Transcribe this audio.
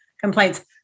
complaints